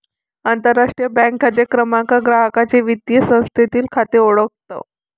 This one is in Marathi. आंतरराष्ट्रीय बँक खाते क्रमांक ग्राहकाचे वित्तीय संस्थेतील खाते ओळखतो